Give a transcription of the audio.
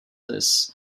this